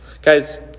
Guys